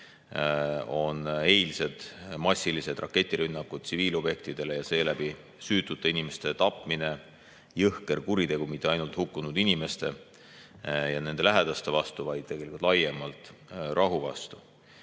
on eilsed massilised raketirünnakud tsiviilobjektidele ja seeläbi süütute inimeste tapmine jõhker kuritegu mitte ainult hukkunud inimeste ja nende lähedaste vastu, vaid laiemalt rahu vastu.